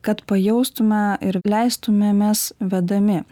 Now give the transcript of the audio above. kad pajaustume ir leistumėmės vedami